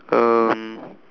um